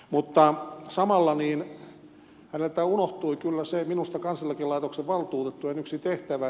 mutta samalla häneltä unohtui kyllä minusta kansaneläkelaitoksen valtuutettujen yksi tehtävä